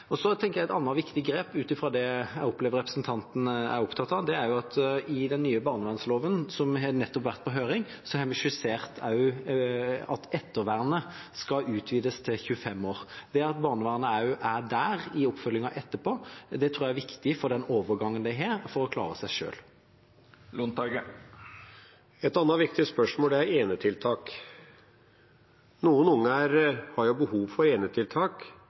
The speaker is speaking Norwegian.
Et annet viktig grep, ut fra det jeg opplever representanten er opptatt av, er at vi i den nye barnevernsloven, som nettopp har vært på høring, har skissert at ettervernet skal utvides til 25 år. Det at barnevernet også er der i oppfølgingen etterpå, tror jeg er viktig for den overgangen til å klare seg selv. Et annet viktig spørsmål gjelder enetiltak. Noen unger har behov for enetiltak,